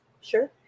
Sure